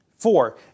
Four